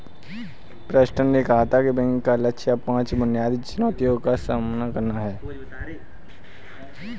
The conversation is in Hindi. प्रेस्टन ने कहा कि बैंक का लक्ष्य अब पांच बुनियादी चुनौतियों का सामना करना है